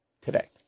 today